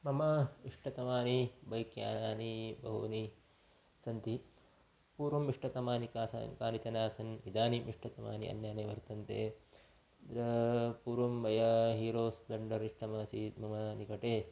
मम इष्टतमानि बैक् यानानि बहूनि सन्ति पूर्वम् इष्टतमानि कानि कानिचनासन् इदानीम् इष्टतमानि अन्यानि वर्तन्ते अत्र पूर्वं मया हीरो स्प्लेण्डर् इष्टममासीत् मम निकटे